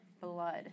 blood